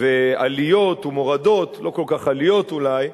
ועליות ומורדות, לא כל כך עליות אולי,